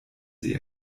sie